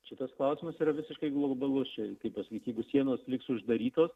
čia tas klausimas yra visiškai globalus čia kaip pasakyt jeigu sienos liks uždarytos